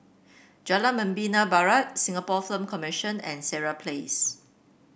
Jalan Membina Barat Singapore Film Commission and Sireh Place